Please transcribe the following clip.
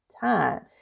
time